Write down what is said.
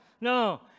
no